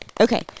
Okay